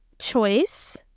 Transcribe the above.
choice